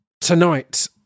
tonight